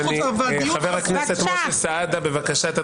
חבר הכנסת משה סעדה, בבקשה תתחיל לדבר.